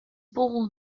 ball